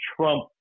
Trump